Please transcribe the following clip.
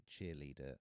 Cheerleader